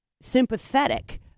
sympathetic